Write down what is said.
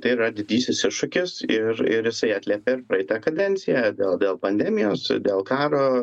tai yra didysis iššūkis ir ir jisai atliepia ir praeitą kadenciją dėl pandemijos dėl karo